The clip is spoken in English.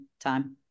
time